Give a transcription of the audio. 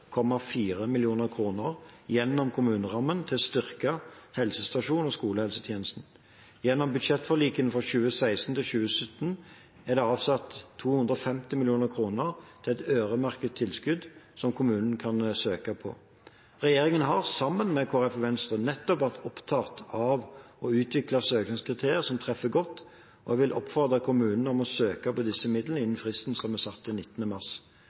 skolehelsetjenesten. Gjennom budsjettforlikene for 2016 og 2017 er det avsatt 250 mill. kr til et øremerket tilskudd som kommunene kan søke på. Regjeringen har, sammen med Kristelig Folkeparti og Venstre, vært opptatt av å utvikle søknadskriterier som treffer godt, og jeg vil oppfordre kommunene om å søke på disse midlene innen fristen som er satt til 19. mars.